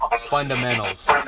fundamentals